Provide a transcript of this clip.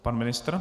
Pan ministr?